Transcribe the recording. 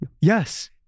Yes